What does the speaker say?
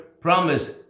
promise